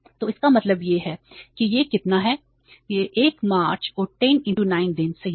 तो इसका मतलब यह है कि यह कितना है यह 1 मार्च और 10 9 दिन सही है